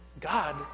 God